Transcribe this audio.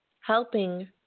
helping